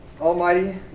Almighty